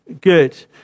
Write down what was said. good